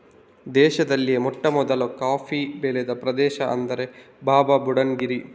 ದೇಶದಲ್ಲಿಯೇ ಮೊಟ್ಟಮೊದಲು ಕಾಫಿ ಬೆಳೆದ ಪ್ರದೇಶ ಅಂದ್ರೆ ಬಾಬಾಬುಡನ್ ಗಿರಿ